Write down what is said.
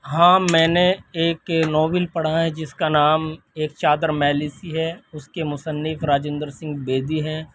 ہاں میں نے ایک ناول پڑھا ہے جس کا نام ایک چادر میلی سی ہے اس کے مصنف راجندر سنگھ بیدی ہیں